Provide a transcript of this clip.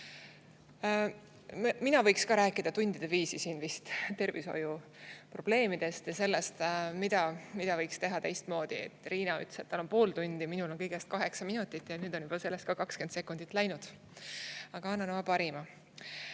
Mina võiks ka rääkida vist tundide viisi siin tervishoiu probleemidest ja sellest, mida võiks teha teistmoodi. Riina ütles, et tal on pool tundi, minul on kõigest kaheksa minutit ja nüüd on sellest ka 20 sekundit läinud. Aga annan oma parima. Eesti